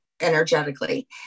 energetically